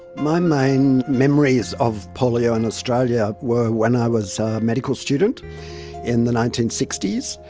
my main memories of polio in australia were when i was a medical student in the nineteen sixty s,